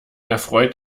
erfreut